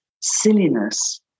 silliness